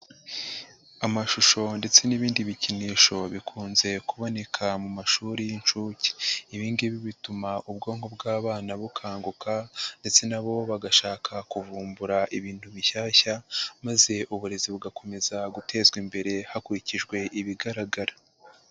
Amashusho ndetse n'ibindi bikinisho bikunze kuboneka mu mashuri y'inshuke, ibingibi bituma ubwonko bw'abana bukanguka ndetse nabo bagashaka kuvumbura ibintu bishyashya maze uburezi bugakomeza gutezwa imbere hakurikijwe ibigaragara.